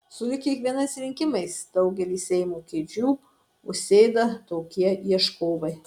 sulig kiekvienais rinkimais daugelį seimo kėdžių užsėda tokie ieškovai